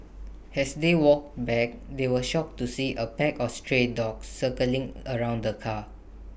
as they walked back they were shocked to see A pack of stray dogs circling around the car